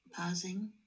pausing